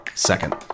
Second